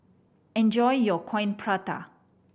enjoy your Coin Prata